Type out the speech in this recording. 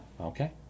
Okay